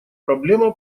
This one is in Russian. проблема